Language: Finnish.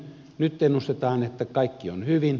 nyt ennustetaan että kaikki on hyvin